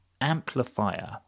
Amplifier